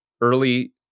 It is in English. Early